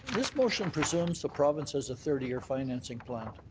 this motion presumes the province has a thirty year financing plan.